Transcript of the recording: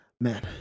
man